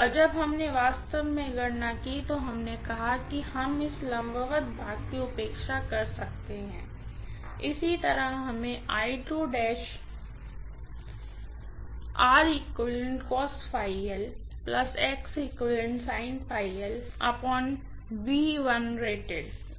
और जब हमने वास्तव में गणना की तो हमने कहा कि हम इस लंबवत भाग की उपेक्षा कर सकते हैं इसी तरह हमें